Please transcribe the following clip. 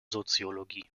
soziologie